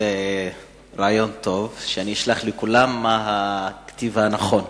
זה רעיון טוב שאני אשלח לכולם מה הכתיב הנכון.